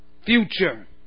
Future